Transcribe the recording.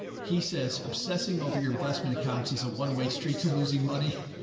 he says, obsessing over your investment accounts is a one way street to losing money.